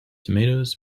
tomatoes